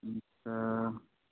अन्त